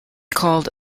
called